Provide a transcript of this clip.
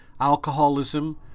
alcoholism